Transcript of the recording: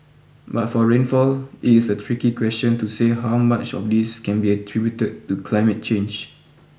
but for rainfall it is a tricky question to say how much of this can be attributed to climate change